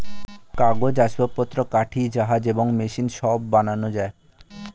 কাগজ, আসবাবপত্র, কাঠি, জাহাজ এবং মেশিন সব বানানো যায়